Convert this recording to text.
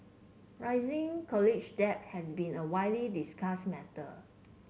rising college debt has been a widely discussed matter